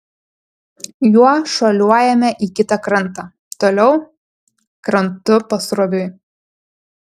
juo šuoliuojame į kitą krantą toliau krantu pasroviui